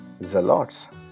Zalots